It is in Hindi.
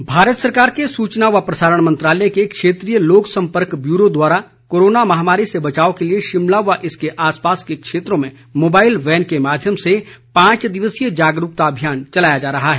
जागरुकता अभियान भारत सरकार के सूचना व प्रसारण मंत्रालय के क्षेत्रीय लोक संपर्क ब्यूरो द्वारा कोरोना महामारी से बचाव के लिये शिमला व इसके आसपास के क्षेत्रों में मोबाइल वैन के माध्यम से पांच दिवसीय जागरुकता अभियान चलाया जा रहा है